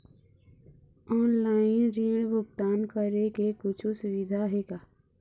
Online ऋण भुगतान करे के कुछू सुविधा हे का?